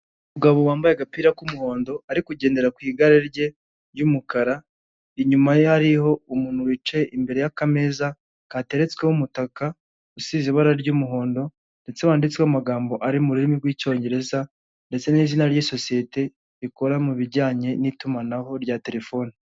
Umugabo wambaye agapira k'umuhondo ari kugendera ku igare rye ry'umukara, inyuma ye hariho umuntu wicaye imbere yakameza kateretsweho umutaka usize ibara ry'umuhondo ndetse wanditseho amagambo ari mu rurimi rw'icyongereza ndetse n'izina ry'isosiyete rikora mu bijyanye n'itumanaho rya terefone.